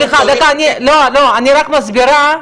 אני רק מסבירה,